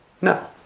no